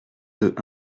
deux